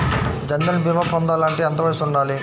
జన్ధన్ భీమా పొందాలి అంటే ఎంత వయసు ఉండాలి?